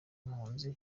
impunzi